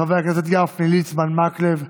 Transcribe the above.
חברי הכנסת משה גפני, יעקב ליצמן, אורי מקלב,